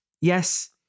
Yes